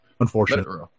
Unfortunately